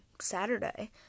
Saturday